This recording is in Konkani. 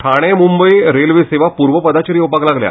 ठाणे मुंबय रेल्वे सेवा पूर्वपदार येवपाक लागल्या